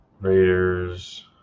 Raiders